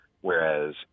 Whereas